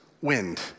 wind